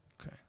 Okay